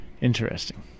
Interesting